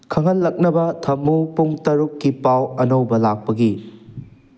ꯈꯪꯍꯜꯂꯛꯅꯕ ꯊꯝꯃꯨ ꯄꯨꯡ ꯇꯔꯨꯛꯀꯤ ꯄꯥꯎ ꯑꯅꯧꯕ ꯂꯥꯛꯄꯒꯤ